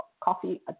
coffee